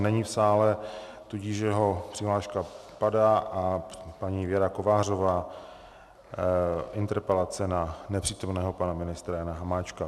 Ten není v sále, tudíž jeho přihláška padá a paní Věra Kovářová, interpelace na nepřítomného pana ministra Jana Hamáčka.